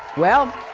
well,